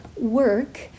work